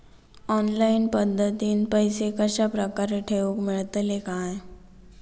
Online पद्धतीन पैसे कश्या प्रकारे ठेऊक मेळतले काय?